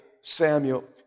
Samuel